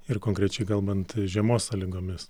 ir konkrečiai kalbant žiemos sąlygomis